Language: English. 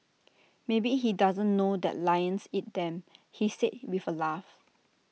maybe he doesn't know that lions eat them he said with A laugh